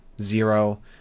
Zero